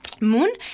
Moon